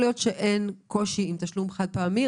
להיות שאין קושי עם תשלום חד-פעמי,